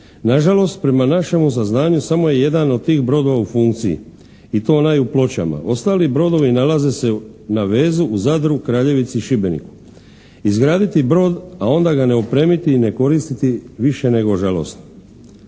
Nažalost, prema našem saznanju samo je jedan od tih brodova u funkciji i to onaj u Pločama. Ostali brodovi nalaze se na vezu u Kraljevici, Zadru, Šibeniku. Izgraditi brod a onda ga ne opremiti i ne koristiti, više nego žalosno.